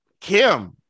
Kim